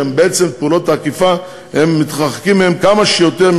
שהם מתרחקים מפעולות האכיפה כמה שיותר,